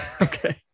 Okay